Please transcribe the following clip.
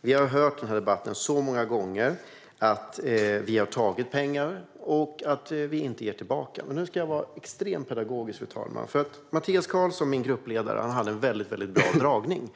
Vi har så många gånger hört debatten om att vi har tagit pengar och att vi inte ger något tillbaka. Fru talman! Låt mig vara extremt pedagogisk. Mattias Karlsson, Sverigedemokraternas gruppledare, hade en gång en väldigt bra föredragning.